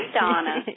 Donna